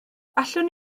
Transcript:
allwn